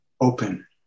open